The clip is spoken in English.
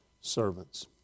Servants